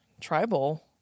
Tribal